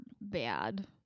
bad